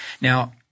now